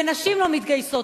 ונשים לא מתגייסות,